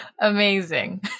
Amazing